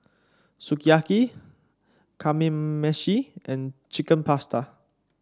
Sukiyaki Kamameshi and Chicken Pasta